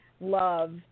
love